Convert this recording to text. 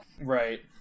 Right